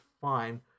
fine